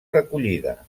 recollida